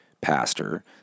pastor